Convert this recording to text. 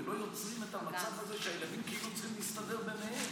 ולא יוצרים את המצב הזה שהילדים כאילו צריכים להסתדר ביניהם.